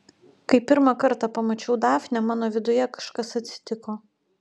kai pirmą kartą pamačiau dafnę mano viduje kažkas atsitiko